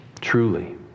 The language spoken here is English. truly